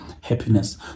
happiness